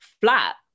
flat